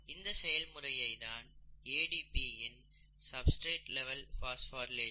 இந்த செயல்முறையை தான் ADP இன் சப்ஸ்டிரேட் லெவல் பாஸ்போரிலேஷன்